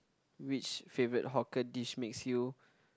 which favorite hawker dish makes you